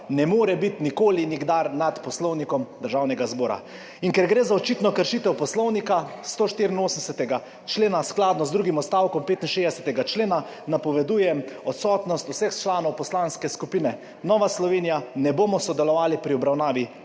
ne more biti nikoli in nikdar nad Poslovnikom Državnega zbora. In ker gre za očitno kršitev Poslovnika, 184. člena, skladno z drugim odstavkom 65. člena napovedujem odsotnost vseh članov Poslanske skupine Nova Slovenija. Ne bomo sodelovali pri obravnavi